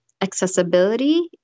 accessibility